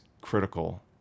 critical